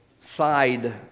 side